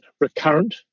recurrent